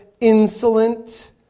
insolent